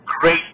great